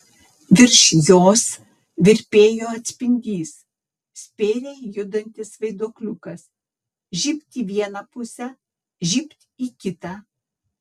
virš jos virpėjo atspindys spėriai judantis vaiduokliukas žybt į vieną pusę žybt į kitą